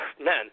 man